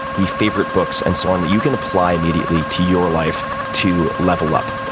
the favorite books and so on that you can apply immediately to your life to level up.